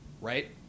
right